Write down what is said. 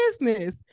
business